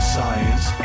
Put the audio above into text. Science